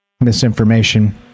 misinformation